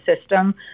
system